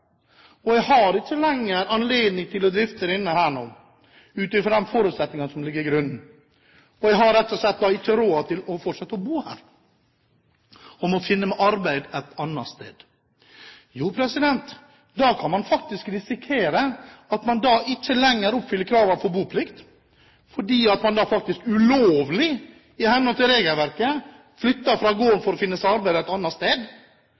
å drifte denne ut fra de forutsetningene som ligger til grunn, og at man rett og slett ikke har råd til å fortsette å bo her og må finne seg arbeid et annet sted? Da kan man risikere at man ikke lenger oppfyller kravene til boplikt, fordi man da faktisk ulovlig – i henhold til regelverket – flytter fra gården for å finne seg arbeid et annet sted.